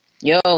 Yo